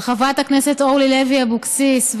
של חברת הכנסת אורלי לוי אבקסיס,